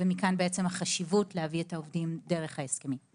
למעשה מכאן החשיבות להביא את העובדים דרך ההסכמים.